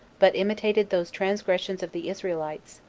but imitated those transgressions of the israelites,